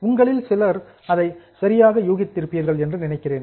உங்களில் சிலர் அதை சரியாக யூகித்திருப்பீர்கள் என்று நினைக்கிறேன்